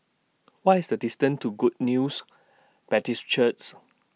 What IS The distance to Good News Baptist Churches